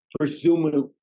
presumably